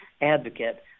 advocate